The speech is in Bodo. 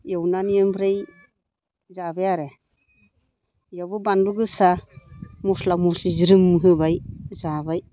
एवनानै ओमफ्राय जाबाय आरो बेयावबो बानलु गोसा मस्ला मस्लि ज्रोम होबाय जाबाय